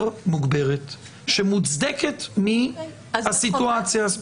מוגברת שהיא מוצדקת מהסיטואציה הספציפית.